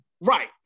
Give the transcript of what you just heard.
Right